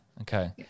Okay